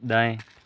दाएँ